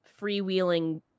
freewheeling